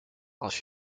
als